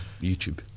YouTube